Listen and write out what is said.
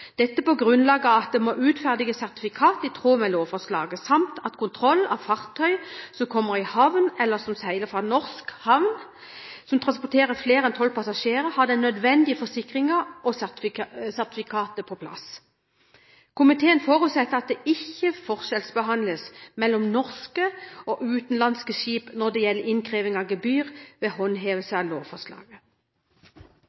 dette på grunnlag av at det må utferdiges sertifikat i tråd med lovforslaget samt at kontroll av fartøy som kommer i havn, eller som seiler fra norsk havn, som transporterer flere enn tolv passasjerer, har den nødvendige forsikringen og sertifikater på plass. Komiteen forutsetter at det ikke forskjellsbehandles mellom norske og utenlandske skip når det gjelder innkreving av gebyr ved håndhevelse